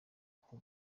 uko